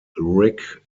rick